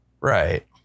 right